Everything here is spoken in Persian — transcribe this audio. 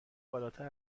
بالاتر